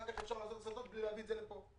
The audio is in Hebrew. אחר כך אפשר לעשות הסטות מבלי להביא את זה לפה.